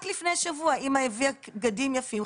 רק לפני שבוע אמא הביאה בגדים יפים,